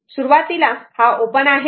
तर सुरुवातीला हा ओपन आहे